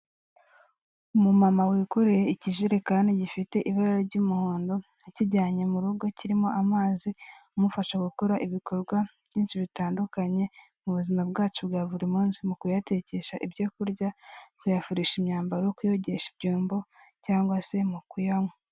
Umumama wikoreye ikijerekani gifite ibara ry'umuhondo akijyanye mu rugo, kirimo amazi amufasha gukora ibikorwa byinshi bitandukanye mu buzima bwacu bwa buri munsi, mu kuyatekesha ibyo kurya, kuyafurisha imyambaro, kuyogesha ibyombo cyangwa se mu kuyanywa.